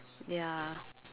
ya